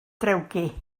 drewgi